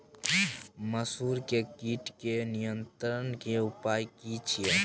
मसूर के कीट के नियंत्रण के उपाय की छिये?